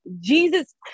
jesus